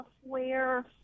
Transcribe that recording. software